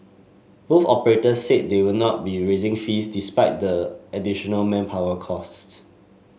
both operators said they would not be raising fees despite the additional manpower costs